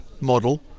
model